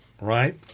Right